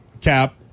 Cap